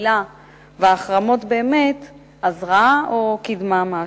השלילה וההחרמות באמת עזרה או קידמה משהו.